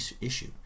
issue